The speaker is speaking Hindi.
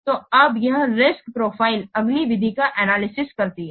तो अब यह रिस्क प्रोफाइल अगली विधि का एनालिसिस करती है